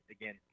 again